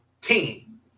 team